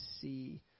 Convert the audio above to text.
see